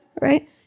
right